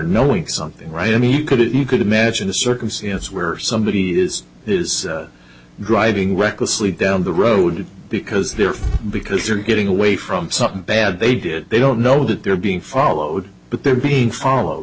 knowing something right i mean you couldn't you could imagine a circumstance where somebody is is driving recklessly down the road because they're because they're getting away from something bad they did they don't know that they're being followed but they're being followed